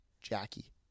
Jackie